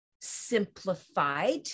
simplified